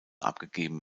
abgegeben